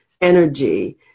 energy